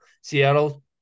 Seattle